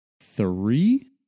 three